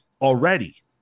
already